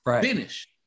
finish